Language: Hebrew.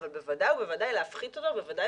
אבל בוודאי ובוודאי להפחית אותו ובוודאי